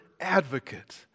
advocate